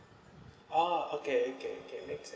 oh okay okay okay make sense